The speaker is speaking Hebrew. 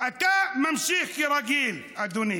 אדוני